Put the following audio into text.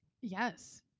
yes